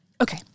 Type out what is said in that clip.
Okay